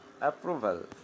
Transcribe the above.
approval